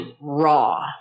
raw